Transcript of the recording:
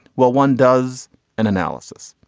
well, one does an analysis.